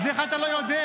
אז איך אתה לא יודע